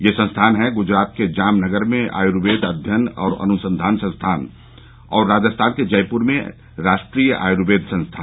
ये संस्थान हैं ग्जरात के जामनगर में आयुर्वेद अध्ययन और अनुसंघान संस्थान और राजस्थान के जयपुर में राष्ट्रीय आयुर्वेद संस्थान